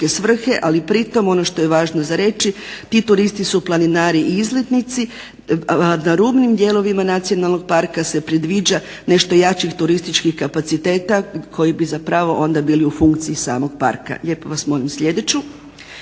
ali pritom ono što je važno za reći ti turisti su planinari i izletnici. Na rubnim dijelovima nacionalnog parka se predviđa nešto jačih turističkih kapaciteta koji bi zapravo onda bili u funkciji samog parka. Kada govorimo nadalje